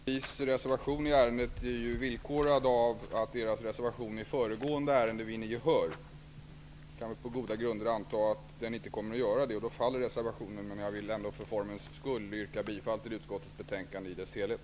Herr talman! Nydemokraternas reservation i ärendet är villkorad av att deras reservation i föregående ärende vinner gehör. Vi kan väl på goda grunder anta att den inte kommer att göra det. Då faller reservationen. Men jag vill ändå för formens skull yrka bifall till utskottets hemställan i dess helhet.